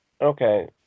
okay